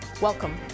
Welcome